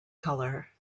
colour